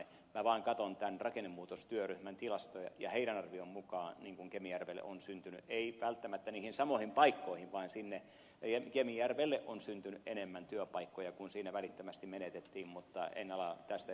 minä vaan katson tämän rakennemuutostyöryhmän tilastoa ja heidän arvionsa mukaan kemijärvelle ei välttämättä niihin samoihin paikkoihin vaan sinne kemijärvelle on syntynyt enemmän työpaikkoja kuin siinä välittömästi menetettiin mutta en ala tästä ed